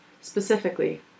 specifically